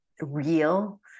real